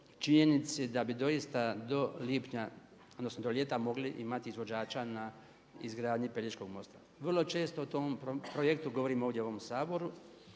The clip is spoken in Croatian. lipnja odnosno do ljeta mogli imati izvođača na izgradnji Pelješkog mosta. Vrlo često o tom projektu govorim ovdje u ovom Saboru